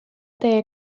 tee